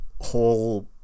whole